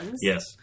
yes